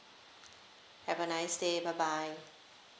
have a nice day bye bye